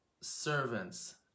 servants